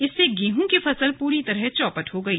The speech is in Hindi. इससे गेहूं की फसल पूरी तरह चौपट हो गई